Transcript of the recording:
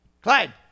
Clyde